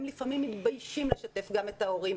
לפעמים הם מתביישים לשתף גם את ההורים.